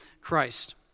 Christ